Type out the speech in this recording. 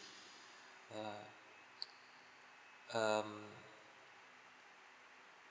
uh um